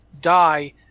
die